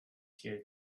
here